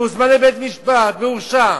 הוא הוזמן לבית-משפט והורשע.